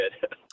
good